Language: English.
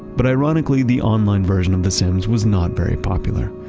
but ironically, the online version of the sims was not very popular.